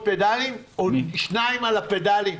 שניים על הפדלים.